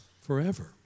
forever